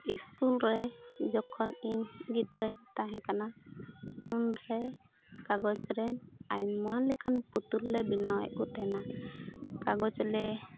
school ᱨᱮ ᱡᱚᱠᱷᱚᱱᱤᱧ ᱜᱤᱫᱽᱨᱟᱹᱧ ᱛᱟᱦᱮᱸ ᱠᱟᱱᱟ ᱩᱱᱨᱮ ᱠᱟᱜᱚᱡᱽ ᱨᱮᱱ ᱟᱭᱢᱟ ᱞᱮᱠᱟᱱ ᱯᱩᱛᱩᱞ ᱞᱮ ᱵᱮᱱᱟᱣᱮᱫ ᱠᱚ ᱛᱟᱦᱮᱱᱟ ᱠᱟᱜᱚᱡᱽ ᱞᱮ